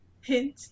hint